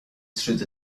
through